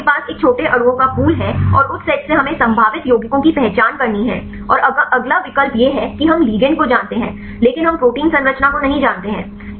यदि आपके पास एक छोटे अणुओं का पूल है और उस सेट से हमें संभावित यौगिकों की पहचान करनी है और अगला विकल्प यह है कि हम लिगेंड को जानते हैं लेकिन हम प्रोटीन संरचना को नहीं जानते हैं